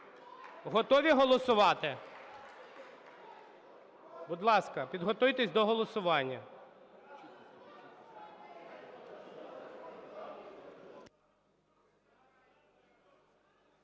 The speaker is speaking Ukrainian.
Готові голосувати? Будь ласка, підготуйтесь до голосування.